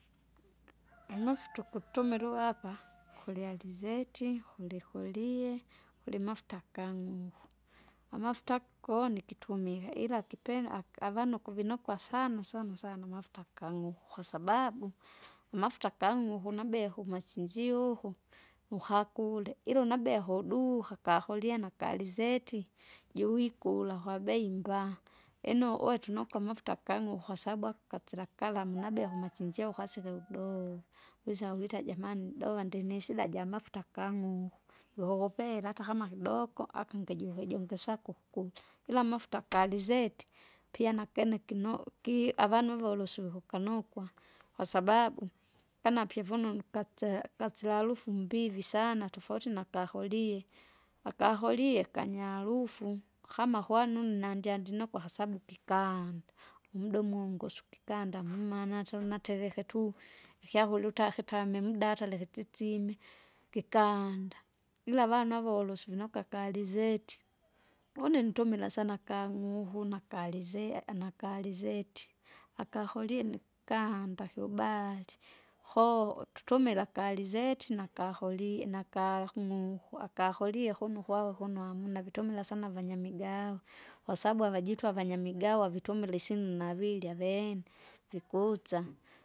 unufutu ukutumila uwapa kuri alizeti, kuri korie, kuri mafuta kang'uhu, amafuta koni kitumia ila kipena aka- avanu ukuvinukwa sana sana sana amafuta akang'uhu kwasababu, amafuta kang'uku nabeha kumachinjio uhu, uhakule. Ila unabea kuduha kakorie na karizeti, juwikula kwabei mbaa. Ino uwetu noko amafuta kang'uku kwasabu akatsilakala mnabia kumachinjio ukasike udowa. Wisa witaja jamani dowa ndinisida jamafuta akang'uku, jokukupela atakama kidoko afungejuhe jungisakuku, ila amafuta karizeti, pia nakene kino- ki avanu volusu vikukanukwa. Kwasababu, kama pivununu katse katsala harufu mbivi sana tofauti nakakorie. Akakorie kanyaharufu, kama kwanunu nandya hasabu kikanda, umuda umungusu kikanda mumana hata unatereke tuu! ikyakurya utakitame mda leke tsisime, kikaanda. Ila avana volusi vonoka karizeti, une ntumila sana kang'uhu na karize- anakarizeti. Akakorie ndikukanda kiubali, koo tutumila karizeti nakakorie nakang'uku, akakorie kuno ukwaga kuno hamuna vitumila sana vanyamigahawa, kwasabau avajitu avanyamigahawa vitumila isyinu navirya aveene, vikutsa.